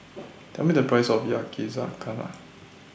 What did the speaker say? Tell Me The Price of Yakizakana